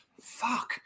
fuck